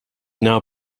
now